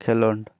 ᱠᱷᱮᱞᱳᱰ